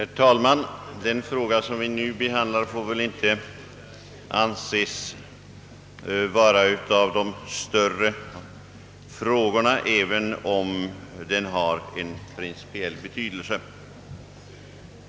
Herr talman! Den fråga vi nu behandlar kan inte sägas tillhöra de större, även om den har principiell betydelse.